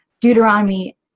Deuteronomy